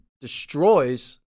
destroys